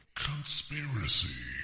Conspiracy